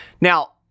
Now